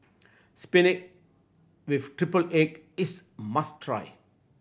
spinach with triple egg is must try